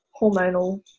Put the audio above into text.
hormonal